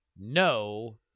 no